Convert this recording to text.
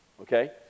okay